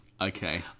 Okay